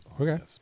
Okay